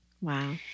Wow